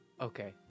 Okay